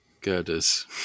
girders